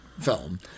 film